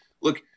Look